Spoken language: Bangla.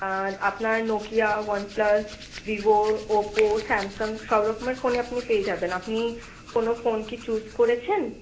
আর আপনার Nokia OnePlus Vivo Oppo Samsung সব রকমের ফোনই আপনি পেয়ে যাবেন আপনি কোনো ফোন কি চুজ করেছেন